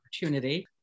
opportunity